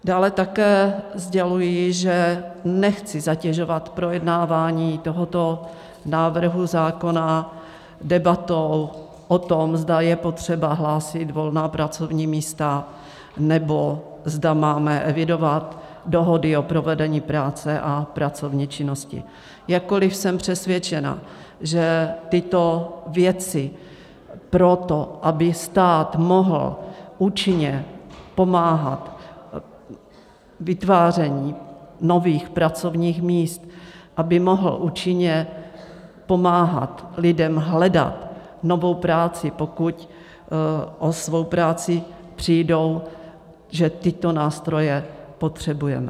Dále také sděluji, že nechci zatěžovat projednávání tohoto návrhu zákona debatou o tom, zda je potřeba hlásit volná pracovní místa, nebo zda máme evidovat dohody o provedení práce a pracovní činnosti, jakkoli jsem přesvědčená, že tyto věci pro to, aby stát mohl účinně pomáhat vytváření nových pracovních míst, aby mohl účinně pomáhat lidem hledat novou práci, pokud o svou práci přijdou, že tyto nástroje potřebujeme.